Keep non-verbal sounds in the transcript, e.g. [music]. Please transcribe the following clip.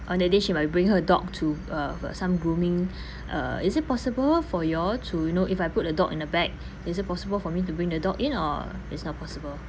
on that day she might bring her dog to uh some grooming [breath] uh is it possible for you all to you know if I put the dog in the bag is it possible for me to bring the dog in or is not possible